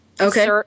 Okay